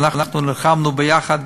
ואנחנו נלחמנו ביחד,